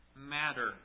matter